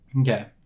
Okay